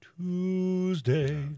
Tuesday